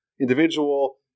individual